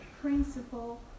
Principle